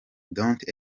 don’t